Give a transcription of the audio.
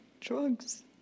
drugs